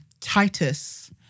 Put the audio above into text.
Titus